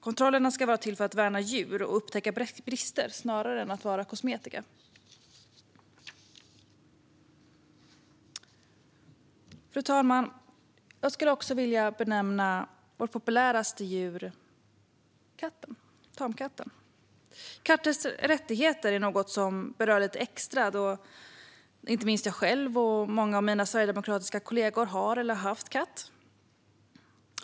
Kontrollerna ska vara till för att värna djur och upptäcka brister snarare än vara kosmetika. Fru talman! Jag skulle också vilja nämna vårt populäraste husdjur, tamkatten. Katters rättigheter är något som berör mig lite extra, då jag själv och många av mina sverigedemokratiska kollegor har eller har haft katt.